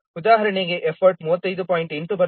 ಉದಾಹರಣೆಗೆ ಎಫರ್ಟ್ 35